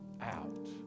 out